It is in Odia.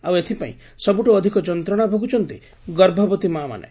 ଆଉ ଏଥପାଇଁ ସବୁଠୁ ଅଧିକ ଯନ୍ତଶା ଭୋଗୁଛନ୍ତି ଗର୍ଭବତୀ ମା' ମାନେ